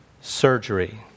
surgery